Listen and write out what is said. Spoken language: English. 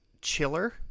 Chiller